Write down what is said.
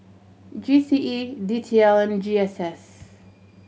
G C E D T L and G S S